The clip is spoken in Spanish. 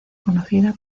conocida